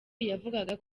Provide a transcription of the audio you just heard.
yavugaga